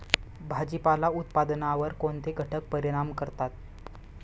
भाजीपाला उत्पादनावर कोणते घटक परिणाम करतात?